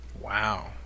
wow